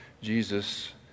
Jesus